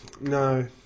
no